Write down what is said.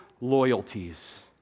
loyalties